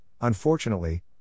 Unfortunately